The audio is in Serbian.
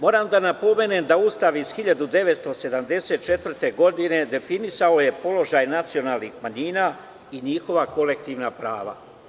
Moram da napomenem da je Ustav iz 1974. godine definisao položaj nacionalnih manjina i njihova kolektivna prava.